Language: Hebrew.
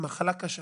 מחלה קשה.